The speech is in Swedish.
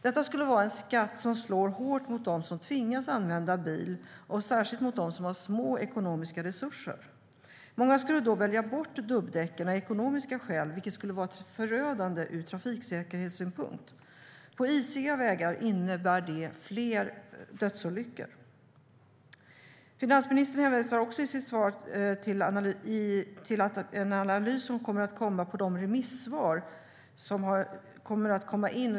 Detta skulle bli en skatt som slår hårt mot dem som tvingas använda bil, och särskilt mot dem som har små ekonomiska resurser. Många skulle då välja bort dubbdäck av ekonomiska skäl, vilket vore förödande ur trafiksäkerhetssynpunkt. På isiga vägar innebär det fler dödsolyckor. Finansministern hänvisar i sitt svar även till att en analys kommer att göras av de remissvar som kommer att komma in.